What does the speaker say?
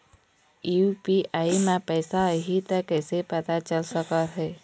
UPI म पैसा आही त कइसे पता चल सकत हे?